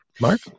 Mark